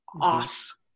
off